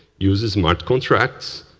used smart contracts